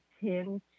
tend